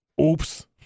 Oops